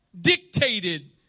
dictated